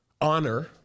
honor